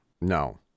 No